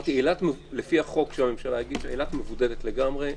לפי החוק שהממשלה הגישה, אילת מבודדת לגמרי.